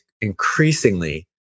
increasingly